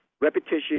repetition